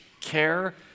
care